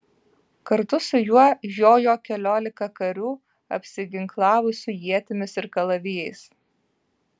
kartu su juo jojo keliolika karių apsiginklavusių ietimis ir kalavijais